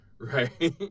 Right